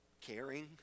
Caring